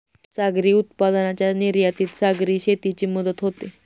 सागरी उत्पादनांच्या निर्यातीत सागरी शेतीची मदत होते